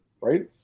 right